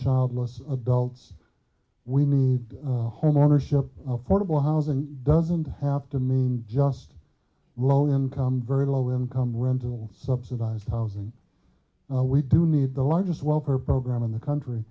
childless adults we need homeownership affordable housing doesn't have to mean just low income very low income rental subsidized housing and we do need the largest welfare program in the country